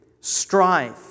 strife